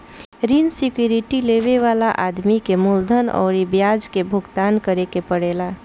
ऋण सिक्योरिटी लेबे वाला आदमी के मूलधन अउरी ब्याज के भुगतान करे के पड़ेला